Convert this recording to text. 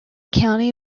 county